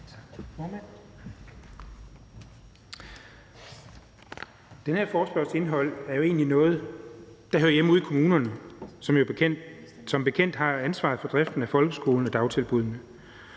Den her forespørgsels indhold er jo egentlig noget, der hører hjemme ude i kommunerne, der som bekendt har ansvaret for driften af folkeskolen og dagtilbuddene.